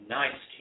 nice